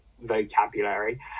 vocabulary